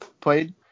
played